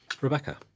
Rebecca